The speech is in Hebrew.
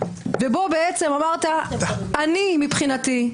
ובו אמרת: אני מבחינתי,